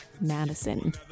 Madison